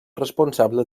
responsable